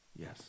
yes